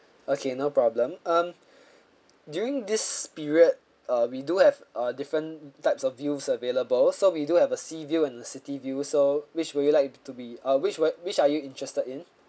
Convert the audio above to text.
okay no problem um during this period uh we do have uh different types of views available so we do have a sea view and the city view so which would you like to be uh which were which are you interested in